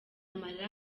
amarira